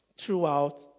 Throughout